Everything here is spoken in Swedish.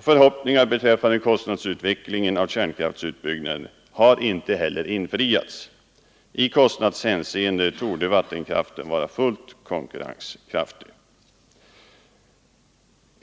Förhoppningarna beträffande kostnadsutvecklingen av kärnkraftutbyggnader har inte heller infriats. I kostnadshänseende torde vattenkraften vara fullt konkurrenskraftig.